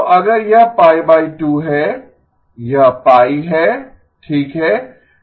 तो अगर यह है यह π है ठीक है